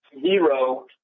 zero